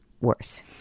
worse